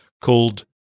called